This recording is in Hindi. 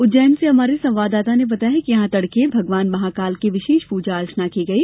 उज्जैन से हमारे संवाददाता ने बताया है कि यहां तड़के भगवान महाकाल की विशेष पूजा अर्जना की गई